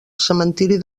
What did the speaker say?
cementiri